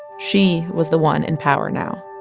she was the one in power now